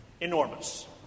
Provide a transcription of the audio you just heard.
Enormous